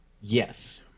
Yes